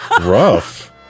Rough